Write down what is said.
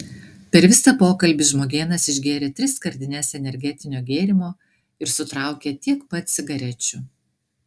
per visą pokalbį žmogėnas išgėrė tris skardines energetinio gėrimo ir sutraukė tiek pat cigarečių